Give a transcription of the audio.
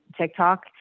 TikTok